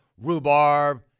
rhubarb